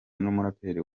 n’umuraperi